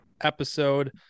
episode